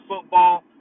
football